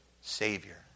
Savior